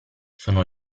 sono